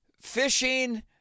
fishing